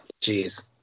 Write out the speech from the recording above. jeez